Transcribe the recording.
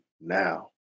now